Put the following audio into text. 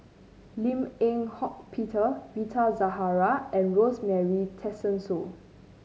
Lim Eng Hock Peter Rita Zahara and Rosemary Tessensohn